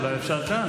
אולי אפשר כאן,